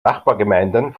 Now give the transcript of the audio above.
nachbargemeinden